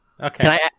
Okay